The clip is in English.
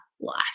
life